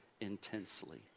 intensely